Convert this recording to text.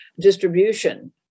distribution